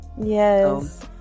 Yes